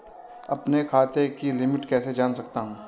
अपने बैंक खाते की लिमिट कैसे जान सकता हूं?